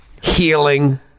healing